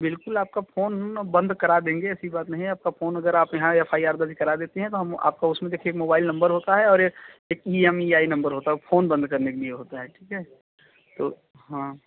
बिल्कुल आपका फोन बंद करा देंगे ऐसी बात नहीं आपका फोन अगर आप यहाँ एफ आई आर दर्ज करा देती हैं तो हम आपको उसमें एक मोबाइल नंबर होता है और एक E M E I number होता है फोन बंद करने के लिए होता है ठीक है तो हाँ